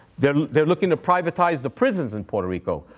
they're they're looking to privatize the prisons in puerto rico,